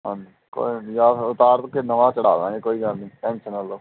ਹਾਂਜੀ ਕੋਈ ਨਾ ਉਤਾਰ ਕੇ ਨਵਾਂ ਚੜ੍ਹਾ ਦਿਆਂਗੇ ਕੋਈ ਗੱਲ ਨਹੀਂ ਟੈਂਸ਼ਨ ਨਾ ਲਓ